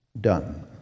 done